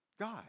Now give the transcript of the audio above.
God